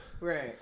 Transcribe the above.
Right